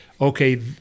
Okay